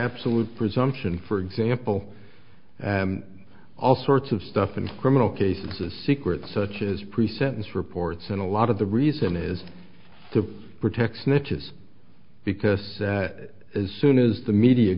absolute presumption for example all sorts of stuff in criminal cases a secret such as pre sentence reports and a lot of the reason is to protect snitches because as soon as the media